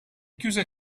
chiuse